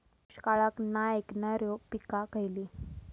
दुष्काळाक नाय ऐकणार्यो पीका खयली?